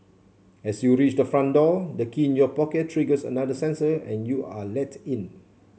as you reach the front door the key in your pocket triggers another sensor and you are let in